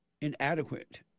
inadequate